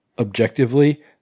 Objectively